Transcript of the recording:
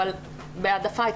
אבל בהעדפה אתמול.